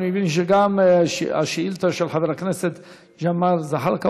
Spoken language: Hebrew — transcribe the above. אני מבין שגם השאילתה של חבר הכנסת ג'מאל זחאלקה,